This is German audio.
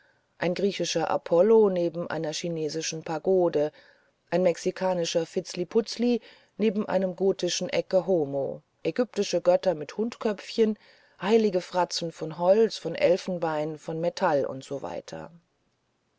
ein griechischer apollo neben einer chinesischen pagode ein mexikanischer vitzliputzli neben einem gotischen ecce homo ägyptische götzen mit hundköpfchen heilige fratzen von holz von elfenbein von metall usw